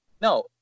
No